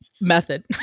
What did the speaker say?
method